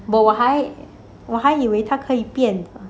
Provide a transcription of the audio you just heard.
我我还我还以为他可以变